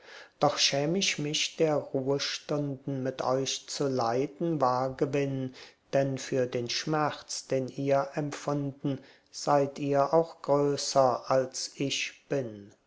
doch schäm ich mich der ruhestunden mit euch zu leiden war gewinn denn für den schmerz den ihr empfunden seid ihr auch größer als ich bin